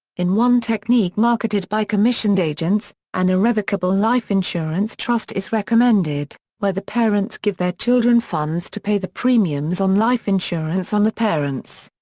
in one technique marketed by commissioned agents, an irrevocable life insurance trust is recommended, where the parents give their children funds to pay the premiums on life insurance on the parents.